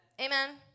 Amen